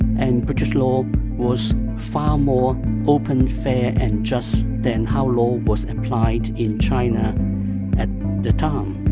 and british law was far more open, fair and just than how law was applied in china at the time